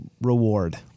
reward